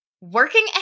Working